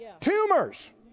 Tumors